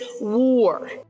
war